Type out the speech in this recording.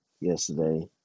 yesterday